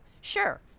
Sure